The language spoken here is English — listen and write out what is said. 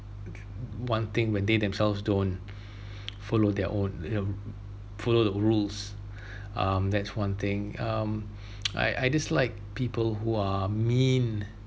one thing when they themselves don't follow their own you know follow the rules um that's one thing um I I dislike people who are mean